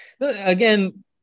again